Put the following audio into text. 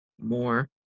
more